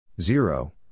Zero